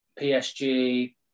PSG